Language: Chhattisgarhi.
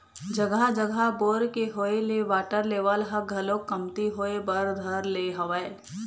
जघा जघा बोर के होय ले वाटर लेवल ह घलोक कमती होय बर धर ले हवय